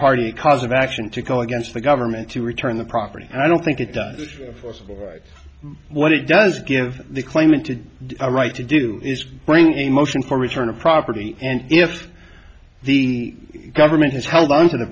party cause of action to go against the government to return the property and i don't think it does forcible right what it does give the claimant to a right to do is bring a motion for return of property and if the government has held onto the